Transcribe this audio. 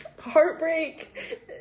heartbreak